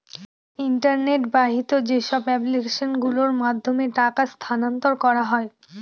internet বাহিত যেসব application গুলোর মাধ্যমে টাকা স্থানান্তর করা হয়